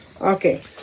okay